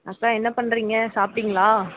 அக்கா என்ன பண்ணுறீங்க சாப்பிட்டீங்களா